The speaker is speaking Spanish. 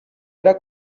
era